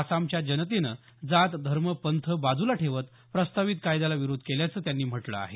आसामच्या जनतेनं जात धर्म पंथ बाजूला ठेवत प्रस्तावित कायद्याला विरोध केल्याचं त्यांनी म्हटलं आहे